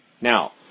Now